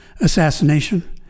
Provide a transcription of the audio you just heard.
assassination